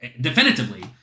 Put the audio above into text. definitively